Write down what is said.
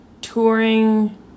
touring